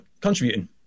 contributing